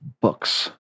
books